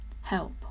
Help